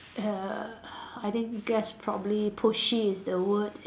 err I think guess probably pushy is the word